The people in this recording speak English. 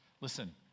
listen